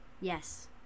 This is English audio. Yes